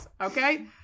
Okay